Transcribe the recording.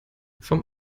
vom